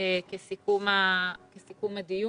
כסיכום הדיון.